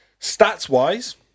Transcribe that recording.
Stats-wise